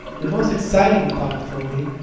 the most exciting part for me,